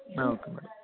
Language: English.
okay madam